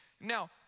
Now